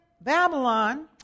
Babylon